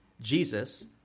Jesus